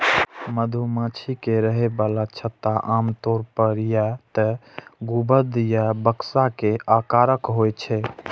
मधुमाछी के रहै बला छत्ता आमतौर पर या तें गुंबद या बक्सा के आकारक होइ छै